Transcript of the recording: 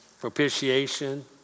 propitiation